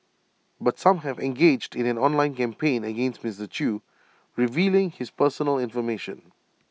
but some have engaged in an online campaign against Mister chew revealing his personal information